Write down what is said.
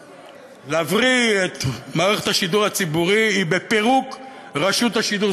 להבריא את מערכת השידור הציבורי היא בפירוק רשות השידור.